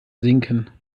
sinken